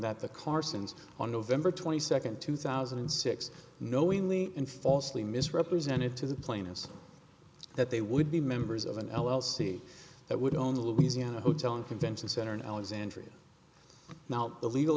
that the carson's on november twenty second two thousand and six knowingly and falsely misrepresented to the plaintiffs that they would be members of an l l c that would own louisiana hotel and convention center in alexandria now the legal